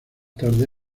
tarde